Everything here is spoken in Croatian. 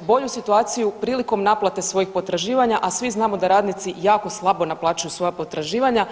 bolju situaciju prilikom naplate svojih potraživanja, a svi znamo da radnici jako slabo naplaćuju svoja potraživanja.